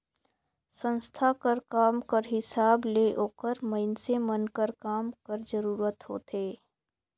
संस्था कर काम कर हिसाब ले ओकर मइनसे मन कर काम कर जरूरत होथे